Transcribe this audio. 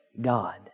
God